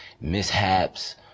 mishaps